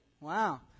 Wow